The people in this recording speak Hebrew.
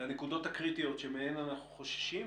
לנקודות הקריטיות שמהן אנחנו חוששים,